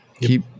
keep